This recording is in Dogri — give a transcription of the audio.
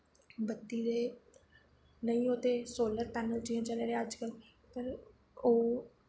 बत्ती दे नेईं हो ते सोलर पैनल जियां चले दे अज्जकल पर ओह्